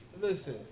Listen